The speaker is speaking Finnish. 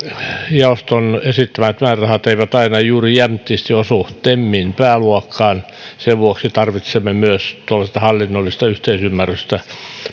jaoston esittämät määrärahat eivät taida juuri jämptisti osua temin pääluokkaan sen vuoksi tarvitsemme myös tuollaista hallinnollista yhteisymmärrystä